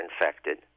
infected